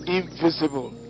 invisible